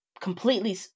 completely